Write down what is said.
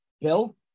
Bill